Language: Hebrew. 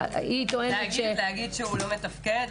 היא טוענת --- להגיד שהוא לא מתפקד?